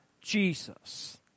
Jesus